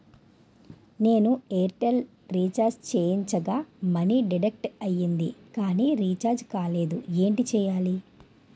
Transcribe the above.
నేను Airtel recharge చేయించగా money deduct అయ్యింది కానీ రీఛార్జ్ కాలేదు ఏంటి చేయాలి?